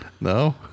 no